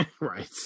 Right